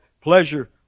pleasure